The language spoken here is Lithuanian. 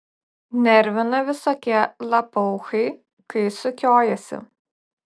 nervina visokie lapauchai kai sukiojasi